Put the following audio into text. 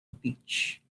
beach